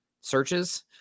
searches